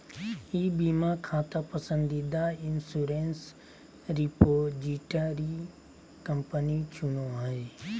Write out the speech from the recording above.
ई बीमा खाता पसंदीदा इंश्योरेंस रिपोजिटरी कंपनी चुनो हइ